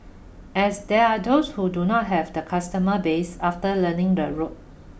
as there are those who do not have the customer base after learning the ropes